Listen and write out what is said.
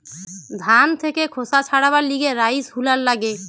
ধান থেকে খোসা ছাড়াবার লিগে রাইস হুলার লাগে